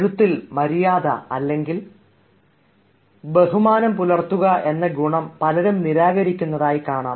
എഴുത്തിൽ ബഹുമാനം അല്ലെങ്കിൽ മര്യാദ പുലർത്തുക എന്ന ഗുണം പലരും നിരാകരിക്കുന്നതായി കാണാം